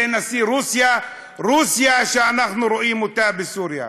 זה נשיא רוסיה, רוסיה שאנחנו רואים אותה בסוריה.